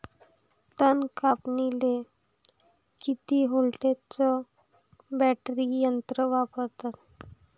तन कापनीले किती व्होल्टचं बॅटरी यंत्र वापरतात?